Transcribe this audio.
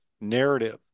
narrative